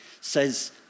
says